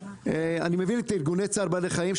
אני מבין את ארגוני צער בעלי החיים,